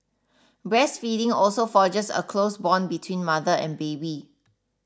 breastfeeding also forges a close bond between mother and baby